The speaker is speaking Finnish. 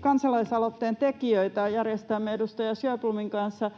kansalaisaloitteen tekijöitä. Järjestämme edustaja Sjöblomin kanssa